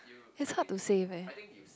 it's hard to save eh